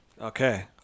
Okay